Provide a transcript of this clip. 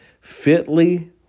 fitly